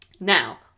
Now